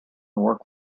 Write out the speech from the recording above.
work